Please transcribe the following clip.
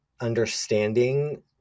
understanding